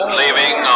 leaving